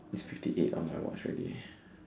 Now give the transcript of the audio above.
it's fifty eight on my watch already